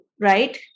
right